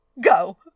Go